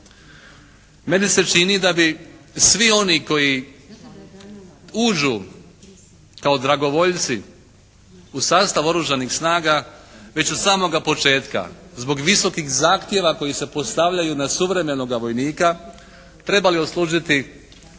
Meni se čini da bi svi oni koji uđu kao dragovoljci u sastav oružanih snaga već od samoga početka zbog visokih zahtjeva koji se postavljaju na suvremenoga vojnika trebali odslužiti neki